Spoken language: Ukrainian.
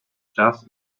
час